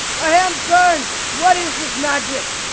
my hand burns, what is this magic?